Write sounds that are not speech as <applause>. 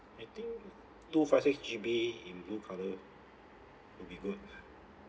I think <noise> two five six G_B in blue colour would be good ah